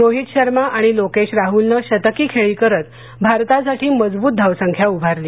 रोहित शर्मा आणि लोकेश राहलनं शतकी खेळी करत भारतासाठी मजवूत धावसंख्या उभारली